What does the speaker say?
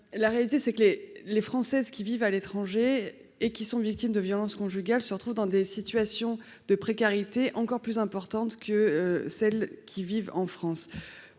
à l'étranger. Les Françaises qui vivent à l'étranger et qui sont victimes de violences conjugales se retrouvent dans des situations de précarité encore plus importantes que celles qui vivent en France.